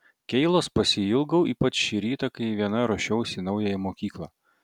keilos pasiilgau ypač šį rytą kai viena ruošiausi į naująją mokyklą